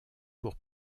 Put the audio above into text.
pour